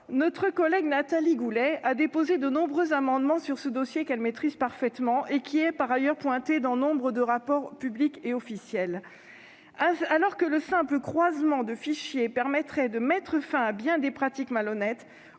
Notre collègue Nathalie Goulet a déposé de nombreux amendements relatifs à ce problème car elle maîtrise parfaitement ce dossier, qui est par ailleurs pointé dans nombre de rapports publics et officiels. Alors que le simple croisement de fichiers permettrait de mettre fin à bien des pratiques malhonnêtes,